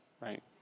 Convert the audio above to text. right